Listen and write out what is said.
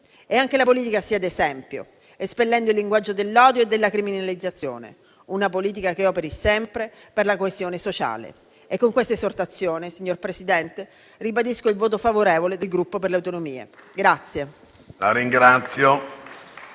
Anche la politica sia di esempio, espellendo il linguaggio dell'odio e della criminalizzazione; una politica che operi sempre per la questione sociale. Con questa esortazione, signor Presidente, ribadisco il voto favorevole del Gruppo per le Autonomie.